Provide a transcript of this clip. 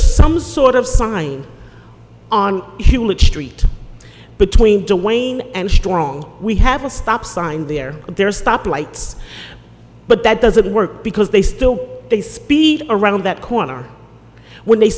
some sort of sign on street between dewayne and strong we have a stop sign there there stop lights but that doesn't work because they still they speed around that corner when they